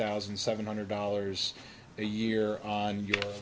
thousand seven hundred dollars a year on y